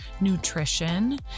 nutrition